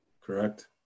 Correct